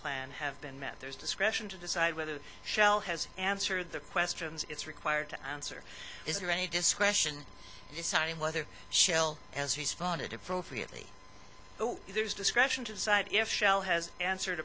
plan have been met there's discretion to decide whether shell has answered the questions it's required to answer is there any discretion deciding whether shell has responded appropriately if there's discretion to decide if shell has answered